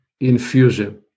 infusion